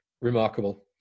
Remarkable